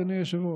אדוני היושב-ראש.